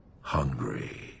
hungry